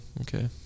Okay